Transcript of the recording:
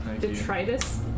Detritus